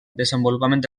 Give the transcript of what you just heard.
desenvolupament